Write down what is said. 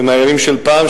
ומהימים של פעם,